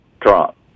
Trump